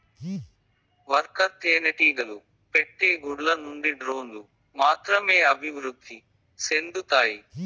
worker తేనెటీగలు పెట్టే గుడ్ల నుండి డ్రోన్లు మాత్రమే అభివృద్ధి సెందుతాయి